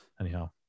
Anyhow